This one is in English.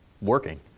working